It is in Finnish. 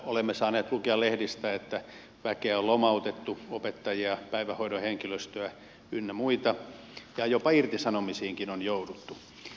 olemme saaneet lukea lehdistä että väkeä on lomautettu opettajia päivähoidon henkilöstöä ynnä muita ja jopa irtisanomisiinkin on jouduttu